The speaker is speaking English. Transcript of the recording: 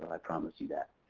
i promise you that.